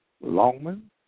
Longman